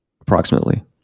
approximately